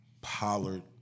Pollard